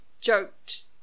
joked